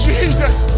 Jesus